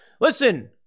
listen